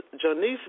Janice